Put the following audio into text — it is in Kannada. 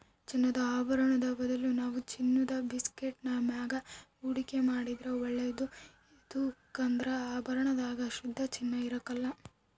ಚಿನ್ನದ ಆಭರುಣುದ್ ಬದಲು ನಾವು ಚಿನ್ನುದ ಬಿಸ್ಕೆಟ್ಟಿನ ಮ್ಯಾಗ ಹೂಡಿಕೆ ಮಾಡಿದ್ರ ಒಳ್ಳೇದು ಯದುಕಂದ್ರ ಆಭರಣದಾಗ ಶುದ್ಧ ಚಿನ್ನ ಇರಕಲ್ಲ